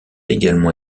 également